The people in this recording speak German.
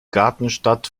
gartenstadt